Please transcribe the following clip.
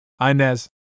Inez